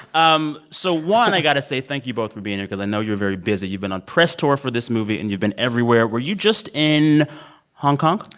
um so one, i got to say thank you both for being there because i know you're very busy. you've been on a press tour for this movie, and you've been everywhere. were you just in hong kong?